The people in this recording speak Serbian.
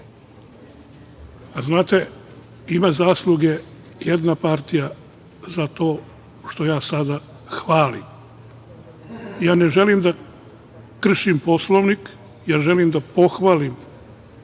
mestima. Ima zasluge jedna partija za to što ja sada hvalim. Ne želim da kršim Poslovnik, ja želim da pohvalim